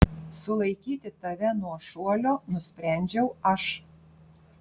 sulaikyti tave nuo šuolio nusprendžiau aš